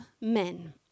men